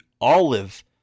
Olive